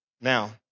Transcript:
Now